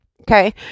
Okay